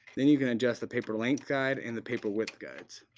then you can adjust the paper length guide and the paper width guides.